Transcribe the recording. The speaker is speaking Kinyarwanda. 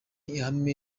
ihame